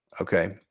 Okay